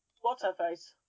what's-her-face